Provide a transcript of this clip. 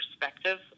perspective